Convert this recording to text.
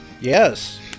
Yes